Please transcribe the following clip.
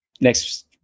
next